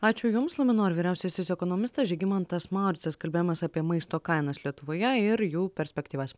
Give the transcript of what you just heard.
ačiū jums luminor vyriausiasis ekonomistas žygimantas mauricas kalbėjomės apie maisto kainas lietuvoje ir jų perspektyvas